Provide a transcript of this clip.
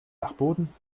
dachboden